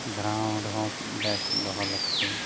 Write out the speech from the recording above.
ground ᱦᱚᱸ ᱵᱮᱥ ᱫᱚᱦᱚ ᱞᱟᱹᱠᱛᱤ